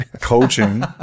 Coaching